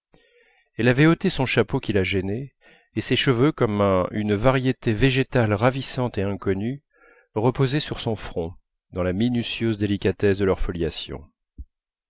elle avait ôté son chapeau qui la gênait et ses cheveux comme une variété végétale ravissante et inconnue reposaient sur son front dans la minutieuse délicatesse de leur